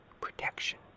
protection